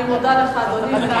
אני מודה לך, אדוני.